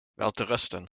welterusten